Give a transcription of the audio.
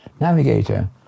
Navigator